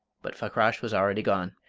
but fakrash was already gone.